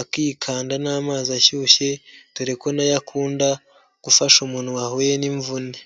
akikanda n'amazi ashyushye, dore ko nayo akunda gufasha umuntu wahuye n'imvune.